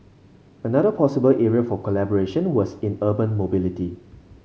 another possible area for collaboration was in urban mobility